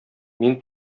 мин